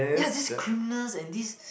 ya this creamer and this